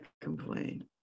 complain